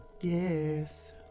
Yes